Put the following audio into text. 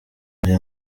ari